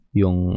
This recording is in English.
yung